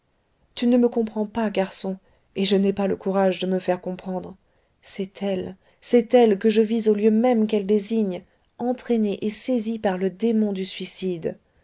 tu ne me comprends pas garçon et je n'ai pas le courage de me faire comprendre c'est elle c'est elle que je vis au lieu même qu'elle désigne entraînée et saisie par le démon du suicide